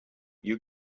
you